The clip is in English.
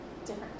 different